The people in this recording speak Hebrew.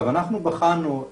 (מקרין שקף, שכותרתו: